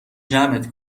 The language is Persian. جمعت